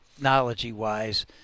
technology-wise